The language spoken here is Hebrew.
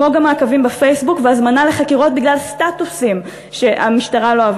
וגם מעקבים בפייסבוק והזמנה לחקירות בגלל סטטוסים שהמשטרה לא אהבה.